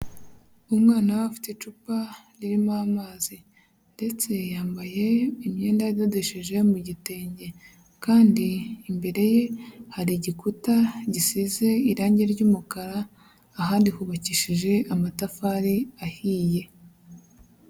Umwana we afite icupa ririmo amazi ndetse yambaye imyenda yadodesheje mu gitenge kandi imbere ye hari igikuta gisize irangi ry'umukara, ahandi hubakishije amatafari ahiye.